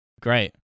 Great